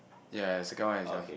ya the second one is yours